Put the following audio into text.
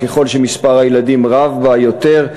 ככל שמספר הילדים רב בה יותר,